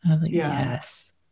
Yes